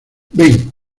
ven